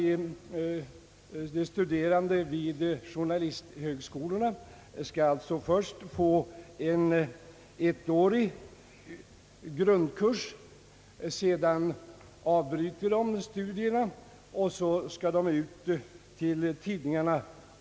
De studerande vid journa listhögskolorna skall först få en ettårig grundkurs. Sedan avbryter de studierna för att få en termins praktik hos tidningarna.